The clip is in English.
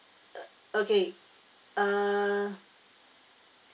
okay uh